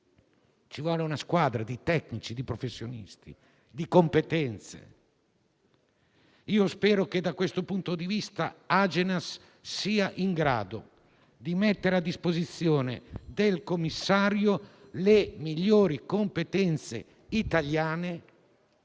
ci vuole una squadra di tecnici, di professionisti, di competenze. Da questo punto di vista spero che Agenas sia in grado di mettere a disposizione del commissario le migliori competenze italiane